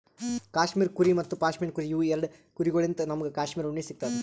cashmere ಕುರಿ ಮತ್ತ್ ಪಶ್ಮಿನಾ ಕುರಿ ಇವ್ ಎರಡ ಕುರಿಗೊಳ್ಳಿನ್ತ್ ನಮ್ಗ್ ಕ್ಯಾಶ್ಮೀರ್ ಉಣ್ಣಿ ಸಿಗ್ತದ್